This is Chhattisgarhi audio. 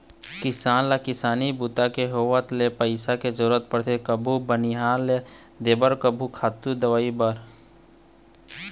किसान ल किसानी बूता के होवत ले पइसा के जरूरत परथे कभू बनिहार ल देबर त कभू खातू, दवई बर